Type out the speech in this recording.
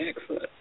excellent